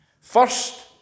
First